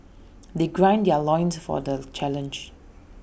they gird their loins for the challenge